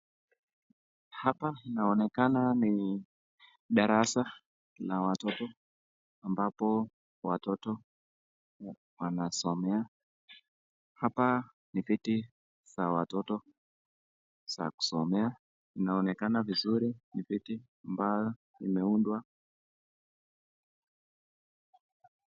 Hapa inaonekana ni darasa na watoto ambapo watoto wanasomea. Hapa ni viti za watoto za kusomea. Inaonekana vizuri ni viti ambavyo vimeundwa.